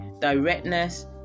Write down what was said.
directness